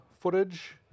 footage